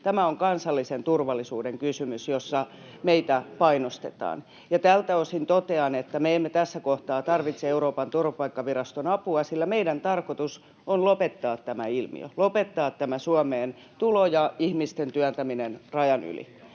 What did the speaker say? tämä on kansallisen turvallisuuden kysymys, jossa meitä painostetaan. Tältä osin totean, että me emme tässä kohtaa tarvitse Euroopan turvapaikkaviraston apua, sillä meidän tarkoitus on lopettaa tämä ilmiö, lopettaa tämä Suomeen tulo ja ihmisten työntäminen rajan yli.